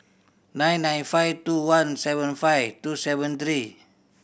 nine nine five two one seven five two seven three